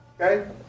Okay